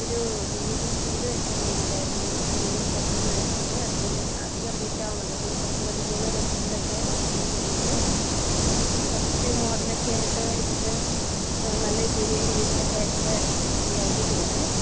എനിക്ക് ഒരു വീട് വെയ്ക്കാന് വേണ്ടിയിട്ടായിരുന്നു ചെറിയ കുറഞ്ഞ നിരക്കിൽ അധികം അധികം റേറ്റാവുക അപ്പോളൊരു പത്ത് പതിമൂന്ന് ലക്ഷത്തിനൊക്കെ ഒതുങ്ങുന്ന ഒരു വീട് കുറച്ച് മോഡലെക്കെ ആയിട്ട് ഇപ്പോഴത്തെ നല്ല ഇന്റ്റീരിലൊക്കെ ആയിട്ടുള്ള മോഡലായിട്ട് ചെയ്യണം